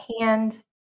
hand